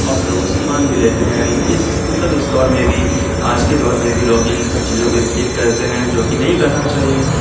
اور لوگ اسے مان بھی لیتے ہیں اس مطلب اس دور میں بھی آج کے دور میں بھی لوگ ان سب چیزوں پہ بلیو کرتے ہیں جو کہ نہیں کرنا چاہیے